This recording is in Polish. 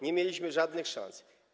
Nie mieliśmy żadnych szans.